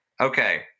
Okay